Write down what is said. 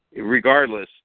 regardless